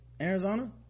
Arizona